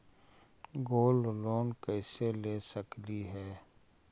Gold loan कैसे ले सकली हे?